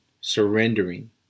surrendering